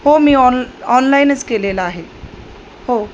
हो मी ऑन ऑनलाईनच केलेलं आहे हो